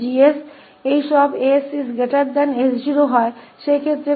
तो जो कहता है कि अगर 𝐹𝑠 𝐺𝑠 इस सब के लिए ss0